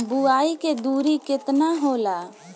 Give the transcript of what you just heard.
बुआई के दुरी केतना होला?